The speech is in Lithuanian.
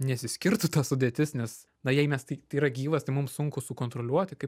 nesiskirtų ta sudėtis nes na jei mes tai tai yra gyvas tai mum sunku sukontroliuoti kaip